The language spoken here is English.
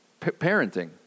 Parenting